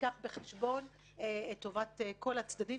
שייקח בחשבון את טובת כל הצדדים,